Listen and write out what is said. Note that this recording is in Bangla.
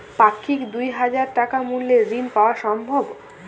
পাক্ষিক দুই হাজার টাকা মূল্যের ঋণ পাওয়া সম্ভব?